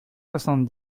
soixante